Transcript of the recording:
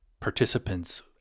participants